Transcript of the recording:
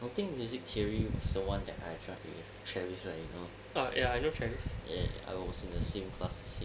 I think music theory was the one I tried with travis right you know ya I was in the same class as him